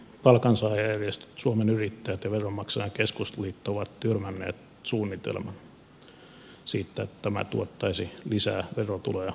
palkansaajajärjestöt suomen yrittäjät ja veronmaksajain keskusliitto ovat tyrmänneet suunnitelman siitä että tämä tuottaisi lisää verotuloja valtiolle